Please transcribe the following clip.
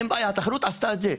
אין בעיה, התחרות עשתה את זה.